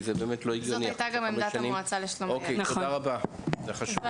אוקיי, תודה רבה, זה חשוב מאוד.